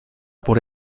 por